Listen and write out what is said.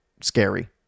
scary